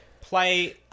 play